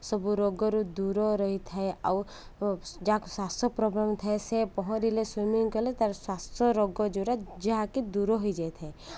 ସବୁ ରୋଗରୁ ଦୂର ରହିଥାଏ ଆଉ ଯାହାକୁ ଶ୍ୱାସ ପ୍ରୋବ୍ଲେମ୍ ଥାଏ ସେ ପହଁରିଲେ ସୁଇମିଂ କଲେ ତା'ର ଶ୍ୱାସ ରୋଗ ଯୋରା ଯାହାକି ଦୂର ହେଇଯାଇ ଥାଏ